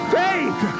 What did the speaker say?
faith